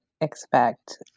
expect